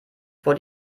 vor